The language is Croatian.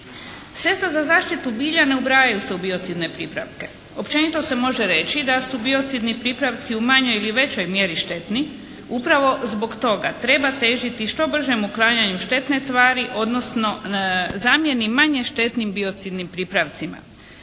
Sredstva za zaštitu bilja ne ubrajaju se u biocidne pripravke. Općenito se može reći da su biocidni pripravci u manjoj ili većoj mjeri štetni. Upravo zbog toga treba težiti što bržem uklanjanju štetne tvari, odnosno zamjeni manje štetnim biocidnim pripravcima.